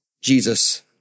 Jesus